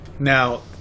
Now